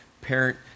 parent